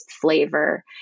flavor